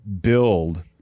build